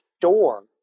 door